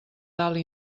dalt